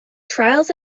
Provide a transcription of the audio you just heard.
trials